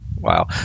Wow